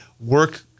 work